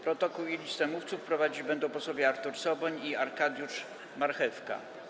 Protokół i listę mówców prowadzić będą posłowie Artur Soboń i Arkadiusz Marchewka.